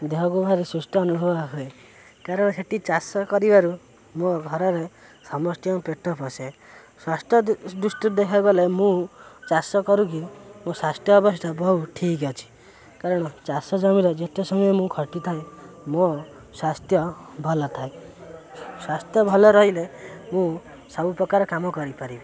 ଦେହକୁ ଭାରି ସୁସ୍ଥ ଅନୁଭବ ହୁଏ କାରଣ ସେଠି ଚାଷ କରିବାରୁ ମୋ ଘରରେ ସମସ୍ତିଙ୍କୁ ପେଟ ପୋଷେ ସ୍ୱାସ୍ଥ୍ୟ ଦୃଷ୍ଟିରୁ ଦେଖିବାକୁ ଗଲେ ମୁଁ ଚାଷ କରୁକି ମୋ ସ୍ୱାସ୍ଥ୍ୟ ଅବସ୍ଥା ବହୁ ଠିକ୍ ଅଛି କାରଣ ଚାଷ ଜମିର ଯେତେ ସମୟ ମୁଁ ଖଟିଥାଏ ମୋ ସ୍ୱାସ୍ଥ୍ୟ ଭଲ ଥାଏ ସ୍ୱାସ୍ଥ୍ୟ ଭଲ ରହିଲେ ମୁଁ ସବୁ ପ୍ରକାର କାମ କରିପାରିବି